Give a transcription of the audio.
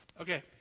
Okay